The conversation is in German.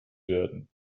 werden